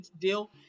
deal